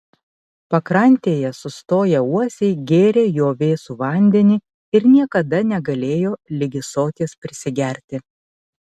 pakrantėje sustoję uosiai gėrė jo vėsų vandenį ir niekada negalėjo ligi soties prisigerti